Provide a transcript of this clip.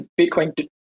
Bitcoin